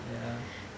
ya